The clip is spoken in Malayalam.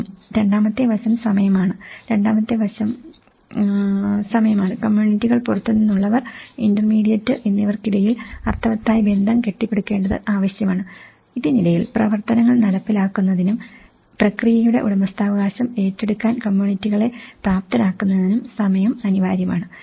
സമയം രണ്ടാമത്തെ വശം സമയമാണ് രണ്ടാമത്തെ വശം സമയമാണ് കമ്മ്യൂണിറ്റികൾ പുറത്തുനിന്നുള്ളവർ ഇന്റർമീഡിയറ്റ് എന്നിവയ്ക്കിടയിൽ അർത്ഥവത്തായ ബന്ധം കെട്ടിപ്പടുക്കേണ്ടത് ആവശ്യമാണ് ഇതിനിടയിൽ പ്രവർത്തനങ്ങൾ നടപ്പിലാക്കുന്നതിനും പ്രക്രിയയുടെ ഉടമസ്ഥാവകാശം ഏറ്റെടുക്കാൻ കമ്മ്യൂണിറ്റികളെ പ്രാപ്തരാക്കുന്നതിനും സമയം അനിവാര്യമാണ്